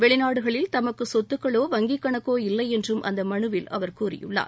வெளிநாடுகளில் தமக்கு சொத்துக்களோ வங்கிக் கணக்கோ இல்லை என்றும் அந்த மனுவில் அவர் கூறியுள்ளார்